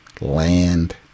land